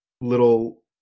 little